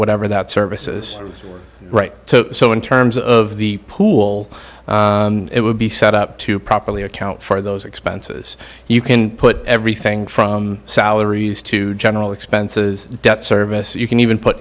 whatever that services right so in terms of the pool it will be set up to properly account for those expenses you can put everything from salaries to general expenses debt service you can even put